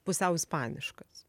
pusiau ispaniškas